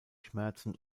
schmerzen